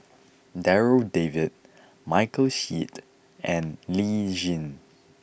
Darryl David Michael Seet and Lee Tjin